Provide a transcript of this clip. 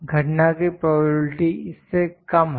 घटना की प्रोबेबिलिटी इससे कम है